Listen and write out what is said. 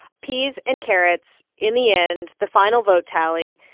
peas and carrots in the end, the final vote tally,